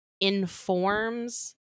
informs